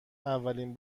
اولین